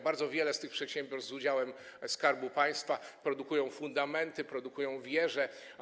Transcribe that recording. Bardzo wiele tych przedsiębiorstw z udziałem Skarbu Państwa produkuje fundamenty, produkuje wieże.